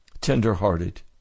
tender-hearted